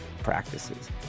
Practices